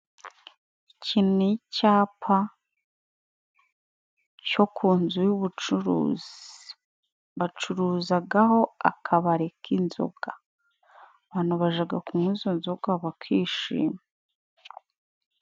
Icyi ni icyapa cyo ku nzu y'ubucuruzi. Bacuruzaho akabari k'inzoga. Abantu bajya kunywa izo nzoga bakishima.